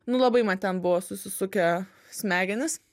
nu labai man ten buvo susisukę smegenys